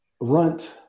runt